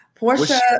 Portia